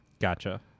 Gotcha